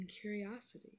curiosity